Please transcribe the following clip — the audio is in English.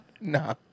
No